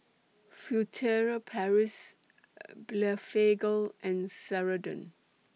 Furtere Paris Blephagel and Ceradan